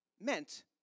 meant